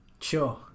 sure